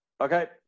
Okay